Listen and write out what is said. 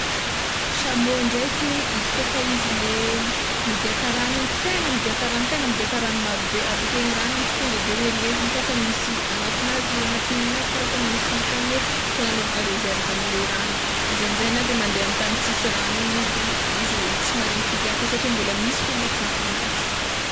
Chameaux ndraiky izy kôfa izy le migiaka ragno igny tegna migiaka ragno tegna migiaka ragno marobe aveke igny ragno igny tsy tonga de hoe levogny fa fa misy agnatinazy agnatin'ny aigninazy misy tany hoe fagnanaovana reserva anle ragno izy amizay na de mande amy tany tsisy ragno igny izy tsy maharegny te higiaka satrià mbola misy fô agnatin'ny aigninazy.